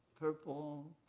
purple